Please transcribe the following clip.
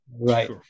right